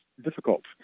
difficult